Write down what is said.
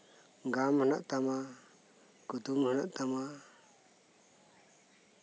ᱜᱟᱢ ᱢᱮᱱᱟᱜ ᱛᱟᱢᱟ ᱠᱩᱫᱩᱢ ᱢᱮᱱᱟᱜ ᱛᱟᱢᱟ